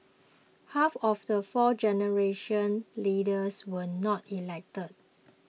half of the fourth generation leaders were not elected